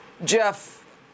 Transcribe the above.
Jeff